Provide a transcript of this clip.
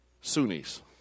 Sunnis